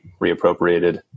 reappropriated